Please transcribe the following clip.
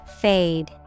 Fade